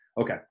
Okay